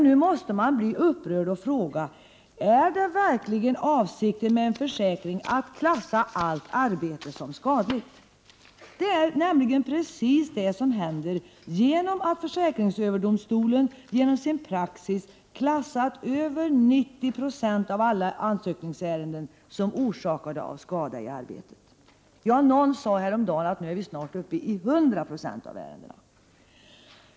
Nu måste man bli upprörd och fråga: Är det verkligen avsikten med en försäkring att klassa allt arbete som skadligt? Det är nämligen precis det som händer genom att försäkringsöverdomstolen i sin praxis klassat över 90 96 av alla ansökningsärenden som orsakade av skada i arbetet. Någon sade häromdagen att vi snart är uppe i 100 96.